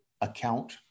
account